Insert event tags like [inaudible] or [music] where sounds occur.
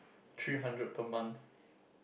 three hundred per month [breath]